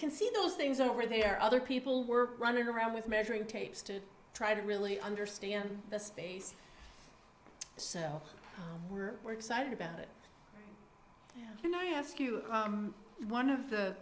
can see those things over there other people were running around with measuring tapes to try to really understand the space so we're excited about it and i ask you one of the